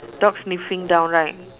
dog sniffing down right